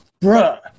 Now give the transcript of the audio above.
Bruh